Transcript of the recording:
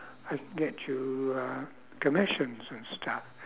I could get you uh commissions and stuff